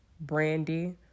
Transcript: Brandy